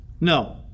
No